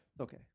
Okay